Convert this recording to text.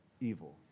evil